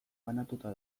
banatuta